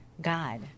God